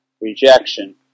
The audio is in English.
rejection